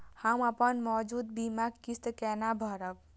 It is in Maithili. हम अपन मौजूद बीमा किस्त केना भरब?